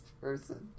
person